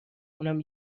اونم